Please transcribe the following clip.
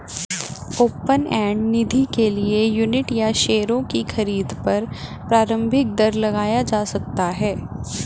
open end निधि के लिए यूनिट या शेयरों की खरीद पर प्रारम्भिक दर लगाया जा सकता है